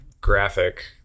graphic